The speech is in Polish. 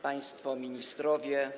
Państwo Ministrowie!